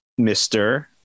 Mr